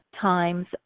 times